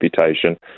reputation